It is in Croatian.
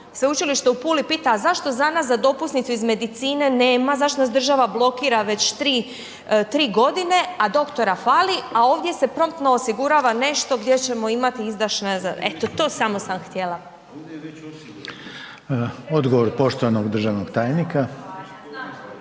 Sveučilište u Puli pita a zašto za nas za dopusnicu iz medicine nema, zašto nas država blokira već 3 g. a da doktora fali a ovdje se promptno osigurava nešto gdje ćemo imati izdašne, eto to samo sam htjela. **Reiner, Željko (HDZ)** Odgovor poštovanog državnog tajnika.